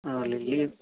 lily